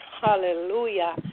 Hallelujah